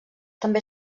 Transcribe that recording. també